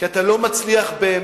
כי אתה לא מצליח באמת